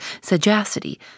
sagacity